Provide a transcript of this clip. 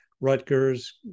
Rutgers